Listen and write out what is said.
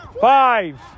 Five